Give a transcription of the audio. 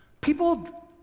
People